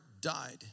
died